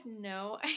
no